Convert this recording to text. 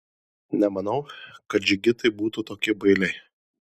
nemanau kad džigitai būtų tokie bailiai